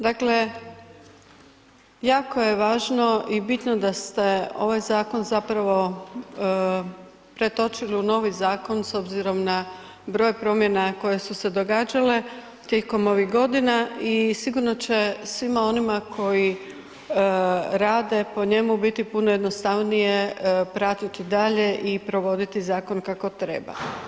Dakle jako je važno i bitno da ste ovaj zakon zapravo pretočili u novi zakon s obzirom na broj promjena koje su se događale tijekom ovih godina i sigurno će svima onima koji rade po njemu biti puno jednostavnije pratiti dalje i provoditi zakon kako treba.